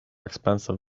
expensive